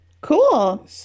Cool